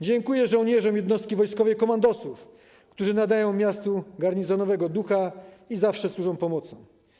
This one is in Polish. Dziękuję żołnierzom jednostki wojskowej komandosów, którzy nadają miastu garnizonowego ducha i zawsze służą pomocą.